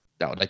No